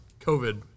COVID